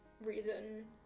reason